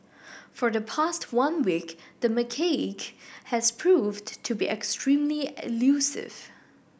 for the past one week the macaque has proven to be extremely elusive